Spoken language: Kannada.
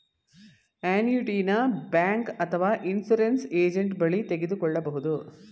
ಅನುಯಿಟಿಯನ ಬ್ಯಾಂಕ್ ಅಥವಾ ಇನ್ಸೂರೆನ್ಸ್ ಏಜೆಂಟ್ ಬಳಿ ತೆಗೆದುಕೊಳ್ಳಬಹುದು